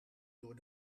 door